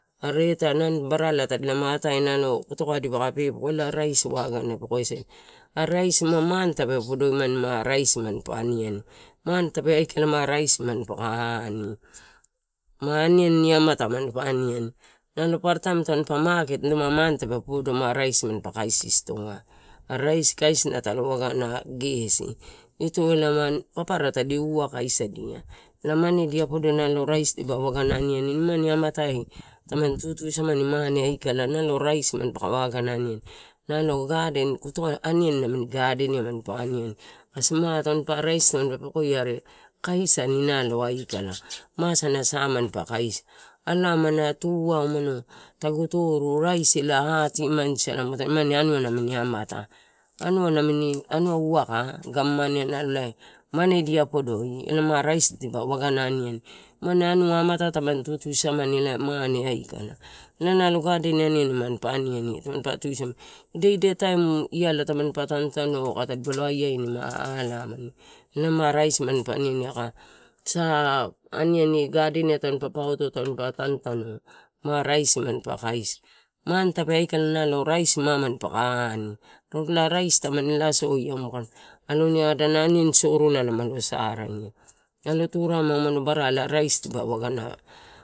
Are ita ma barala tadi lama atae nalo, koteka dipa ka pepeko elae raisi wagana pepekoiasadia. Are raisi ma mane tape podoimani ma raisi manpa aniani, ma aniani amata manpa aniani nalo paparataim tampa maket numa mane tape podo ma raisi manpa kaisi, stoai, are raisi kaisina talo wagana gesi. Ito papara tadi waka sadi elae nanedia podoi nalo raisi dipa wagana aniani, nimani amatai taman tutusamani ela raisi nalo manpa waga aniani naio gaden koteka aniani nami gadeniai manpa aniani kais ma raisi tanipa pekoia are kaisani naio aikala, ma asana sa manpa kaisia alea amana tuai umano tagu toru raisi hatimanisala mu atae imani anua namin amata. Anua nami anua waka, gamania naio elae mane dia podoi elae ma raisi dipa waga aniani. Nimani anua amatai tamani tutusamani elae mane aikala elae naio gaden aniani manpa aniani tampa tusa mani, ida ida taim iala tampa tanutanu aka tadi palo aiaini alamani elae ma raisi manipae aniani aka sa aniani gaden tampa pauto tampa tanutanu ma raisi manpa kaisi mane tape ai kala ma raisi, odonola raisi tamani lasoia mu kadaia, alon adana aniani gorolata mo lo saraea nalo turarema umano barala raisi dipa wagana.